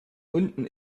unten